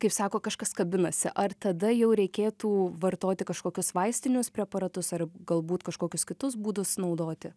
kaip sako kažkas kabinasi ar tada jau reikėtų vartoti kažkokius vaistinius preparatus ar galbūt kažkokius kitus būdus naudoti